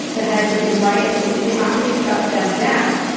the heads of these riot police. they have to shut them down,